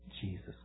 Jesus